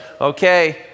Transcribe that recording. Okay